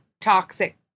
toxic